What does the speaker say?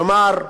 כלומר,